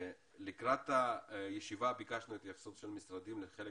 לקראת הישיבה ביקשנו התייחסות של המשרדים לחלק